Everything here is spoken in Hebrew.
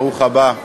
ברוך הבא.